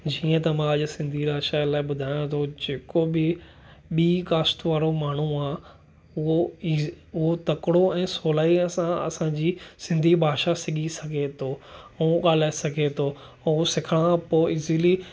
जीअं त मां अॼु सिंधी भाषा लाइ ॿुधायां थो जेको बि ॿी कास्ट वारो माण्हू आहे उहो इज़ उहो तकिड़ो ऐं सहुलाईअ सां असांजी सिंधी भाषा सिखी सघे थो ऐं ॻाल्हाए सघे थो ऐं सिखण खां पोइ इज़िली